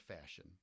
fashion